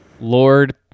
Lord